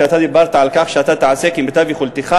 שאתה דיברת על כך שאתה תעשה כמיטב יכולתך